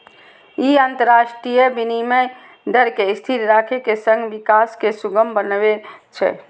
ई अंतरराष्ट्रीय विनिमय दर कें स्थिर राखै के संग विकास कें सुगम बनबै छै